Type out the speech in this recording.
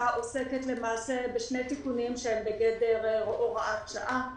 עוסקת בשני תיקונים שהם בגדר הוראת שעה.